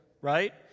right